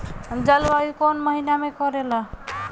जलवायु कौन महीना में करेला?